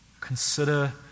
Consider